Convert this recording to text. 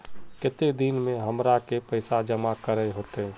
केते दिन में हमरा के पैसा जमा करे होते?